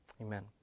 Amen